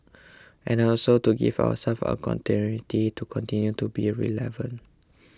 and also to give ourselves a continuity to continue to be relevant